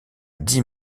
dix